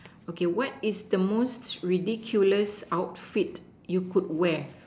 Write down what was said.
okay what is the most ridiculous outfit you could wear